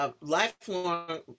lifelong